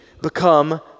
become